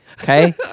Okay